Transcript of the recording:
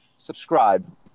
Subscribe